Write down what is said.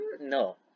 No